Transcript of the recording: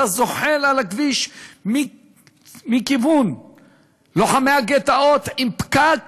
זוחל על הכביש מכיוון לוחמי-הגטאות עם פקק